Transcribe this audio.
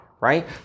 right